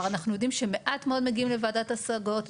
אנחנו יודעים שמעט מאוד מגיעים לוועדת השגות.